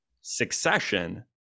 Succession